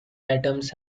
atoms